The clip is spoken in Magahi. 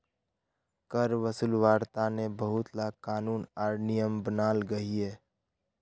कर वासूल्वार तने बहुत ला क़ानून आर नियम बनाल गहिये